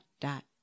dot